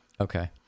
Okay